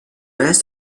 rest